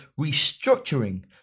restructuring